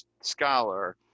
scholar